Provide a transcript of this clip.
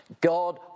God